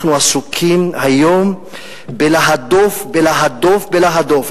אנחנו עסוקים היום בלהדוף, בלהדוף, בלהדוף.